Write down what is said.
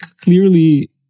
clearly